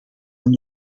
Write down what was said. van